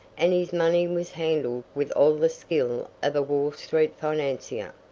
and his money was handled with all the skill of a wall street financier.